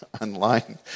online